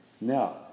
Now